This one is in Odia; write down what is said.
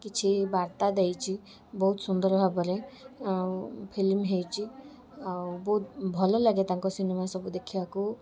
କିଛି ବାର୍ତ୍ତା ଦେଇଛି ବହୁତ ସୁନ୍ଦର ଭାବରେ ଆଉ ଫିଲ୍ଣ ହେଇଛି ଆଉ ବହୁତ ଭଲ ଲାଗେ ତାଙ୍କ ସିନେମା ସବୁ ଦେଖିବାକୁ